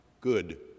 good